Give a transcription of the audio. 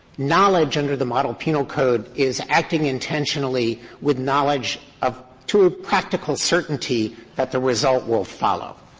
knowledge under the model penal code is acting intentionally with knowledge of to a practical certainty that the result will follow.